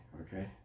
Okay